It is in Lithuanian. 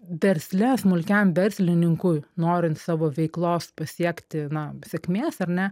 versle smulkiam verslininkui norint savo veiklos pasiekti na sėkmės ar ne